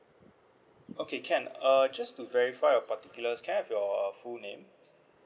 okay can uh just to verify your particulars can I have your uh full name